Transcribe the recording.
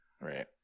Right